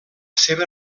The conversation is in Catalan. seva